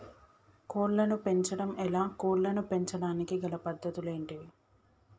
కోళ్లను పెంచడం ఎలా, కోళ్లను పెంచడానికి గల పద్ధతులు ఏంటివి?